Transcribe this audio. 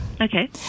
Okay